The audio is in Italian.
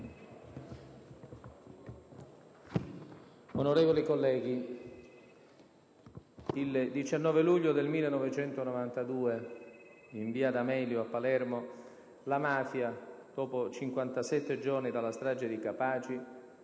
Onorevoli colleghi, il 19 luglio 1992, in via D'Amelio a Palermo, la mafia, dopo 57 giorni dalla strage di Capaci,